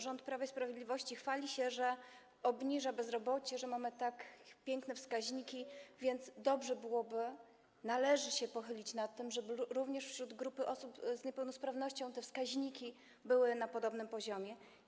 Rząd Prawa i Sprawiedliwości chwali się, że obniża bezrobocie, że mamy tak piękne wskaźniki, więc dobrze byłoby, należy się pochylić nad tym, żeby również w grupie osób z niepełnosprawnością te wskaźniki były na podobnym poziomie.